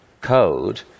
code